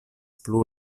plu